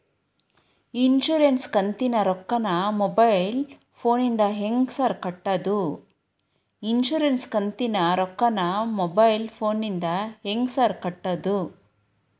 Insurance ಕಂತಿನ ರೊಕ್ಕನಾ mobile ಫೋನಿಂದ ಹೆಂಗ್ ಸಾರ್ ಕಟ್ಟದು?